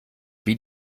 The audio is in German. wie